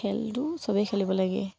খেলটো চবেই খেলিব লাগে